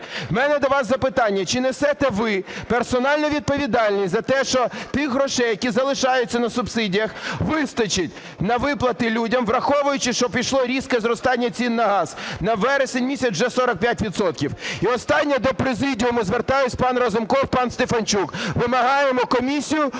В мене до вас запитання. Чи несете ви персональну відповідальність за те, що тих грошей, які залишаються на субсидіях, вистачить на виплати людям, враховуючи, що пішло різке зростання цін на газ – на вересень місяць вже 45 відсотків? І останнє, до президії звертаюсь, пан Разумков, пан Стефанчук, вимагаємо комісію